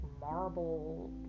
marble